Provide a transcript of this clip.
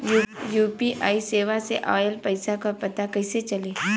UPI सेवा से ऑयल पैसा क पता कइसे चली?